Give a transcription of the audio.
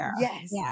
Yes